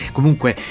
Comunque